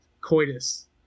coitus